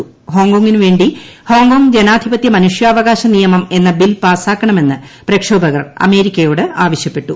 പേർ ഹോങ്കോംഗിനു വേണ്ടി ഹ്ദ്ദേങ്ങ്കോംഗ് ജനാധിപത്യ മനൂഷ്യാവകാശ നിയമം എന്ന ബിൽ പാസ്ടക്കണമെന്ന് പ്രക്ഷോഭകർ അമേരിക്കയോട് ആവശ്യപ്പെട്ടു